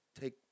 take